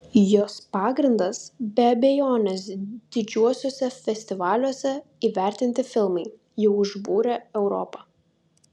jos pagrindas be abejonės didžiuosiuose festivaliuose įvertinti filmai jau užbūrę europą